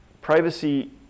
privacy